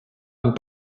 amb